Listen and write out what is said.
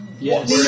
Yes